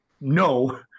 no